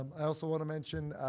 um i also want to mention,